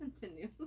continue